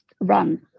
run